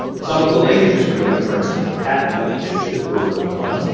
some of the linkages were doing, for instance the patent linkage that we're working on.